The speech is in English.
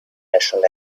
national